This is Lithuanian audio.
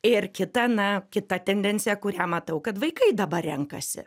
ir kita na kita tendencija kurią matau kad vaikai dabar renkasi